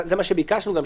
זה מה שביקשנו גם,